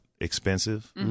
expensive